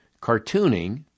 cartooning